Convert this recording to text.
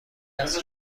است